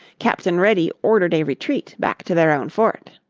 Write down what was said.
captain reddy ordered a retreat back to their own fort.